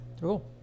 Cool